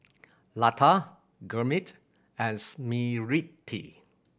Lata Gurmeet and Smriti